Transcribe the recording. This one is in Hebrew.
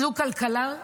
זו כלכלה,